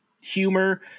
humor